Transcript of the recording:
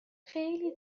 خیلی